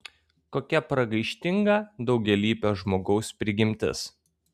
kokia pragaištinga daugialypio žmogaus prigimtis